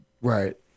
Right